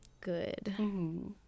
good